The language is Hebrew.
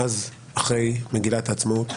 מאז אחרי מגילת העצמאות,